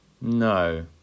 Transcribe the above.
No